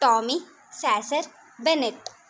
Tommy శాసర్ Bennett